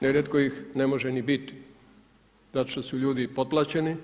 Nerijetko ih ne može ni biti zato što su ljudi potplaćeni